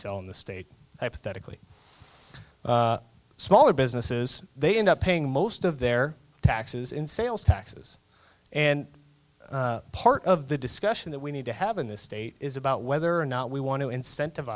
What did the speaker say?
sell in the state pathetically smaller businesses they end up paying most of their taxes in sales taxes and part of the discussion that we need to have in this state is about whether or not we want to incentiv